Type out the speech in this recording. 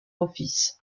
office